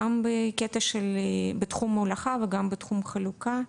גם בקטע של בתחום ההולכה וגם בתחום החלוקה.